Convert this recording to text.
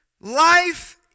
Life